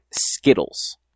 Skittles